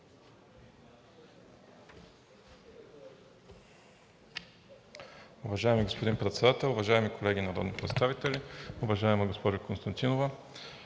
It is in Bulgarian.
Уважаеми господин Председател, уважаеми колеги народни представители! Уважаема госпожо Константинова,